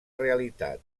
realitat